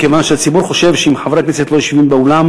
מכיוון שהציבור חושב שאם חברי הכנסת לא יושבים באולם